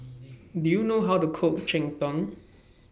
Do YOU know How to Cook Cheng Tng